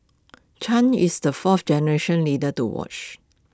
chan is the fourth generation leader to watch